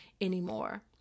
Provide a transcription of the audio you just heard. anymore